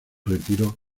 retiro